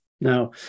Now